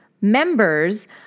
members